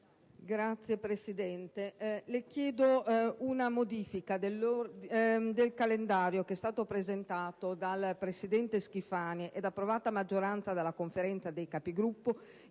Signor Presidente, le chiedo una modifica del calendario presentato dal Presidente Schifani ed approvato a maggioranza dalla Conferenza dei Capigruppo.